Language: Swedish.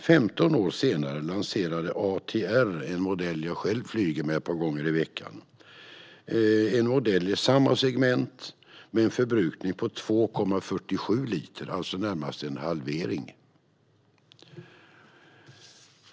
15 år senare lanserade ATR en modell som jag själv flyger med ett par gånger i veckan, en modell i samma segment med en förbrukning på 2,47 liter, alltså närmast en halvering.